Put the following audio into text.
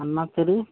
அண்ணா தெரு